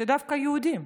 דווקא של יהודים?